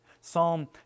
Psalm